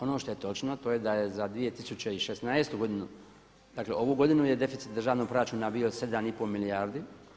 Ono što je točno, to je da je za 2016. godinu, dakle ovu godinu je deficit državnog proračuna bio 7 i pol milijardi.